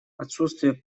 отсутствие